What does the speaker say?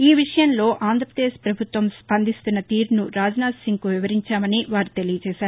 ఈ విషయంలో ఆంధ్రప్రదేశ్ ప్రభుత్వం స్పందిస్తున్న తీరును రాజ్ నాధ్ సింగ్కు వివరించామని వారు తెలియచేశారు